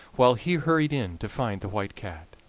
while he hurried in to find the white cat.